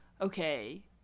okay